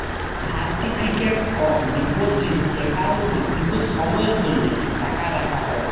certificate of deposit একাউল্টে কিছু সময়ের জ্যনহে টাকা রাখা হ্যয়